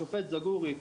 השופט זגורי,